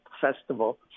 festival